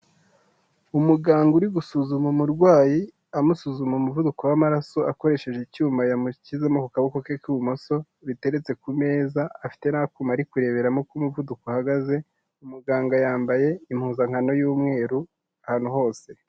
Umuganga uri gusuzuma umurwayi amusuzuma umuvuduko w'amaraso akoresheje icyuma yamushyize ku kaboko ke k'ibumoso, biteretse ku meza, afite n'akuma ari kureberamo uko umuvuduko uhagaze, umuganga yambaye impuzankano y'umweru ahantu hose.